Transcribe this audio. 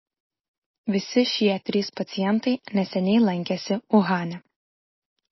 visi šie trys pacientai neseniai lankėsi uhane